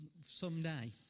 someday